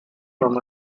from